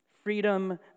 Freedom